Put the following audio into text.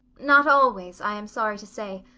not always, i am sorry to say.